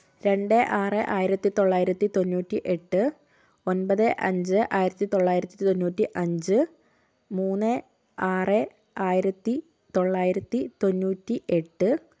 രണ്ട് ആറ് ആയിരത്തി തൊള്ളായിരത്തി തൊണ്ണൂറ്റി എട്ട് ഒൻപത് അഞ്ച് ആയിരത്തി തൊള്ളായിരത്തി തൊണ്ണൂറ്റി അഞ്ച് മൂന്ന് ആറ് ആയിരത്തി തൊള്ളായിരത്തി തൊണ്ണൂറ്റി എട്ട്